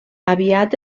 aviat